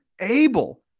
able